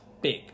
big